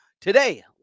today